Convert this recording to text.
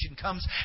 comes